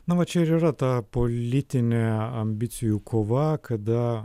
na va čia ir yra ta politinė ambicijų kova kada